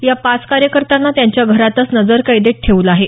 या पाच कार्यकर्त्यांना त्यांच्या घरातच नजर कैदेत ठेवलं आहे